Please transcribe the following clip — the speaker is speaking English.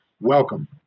Welcome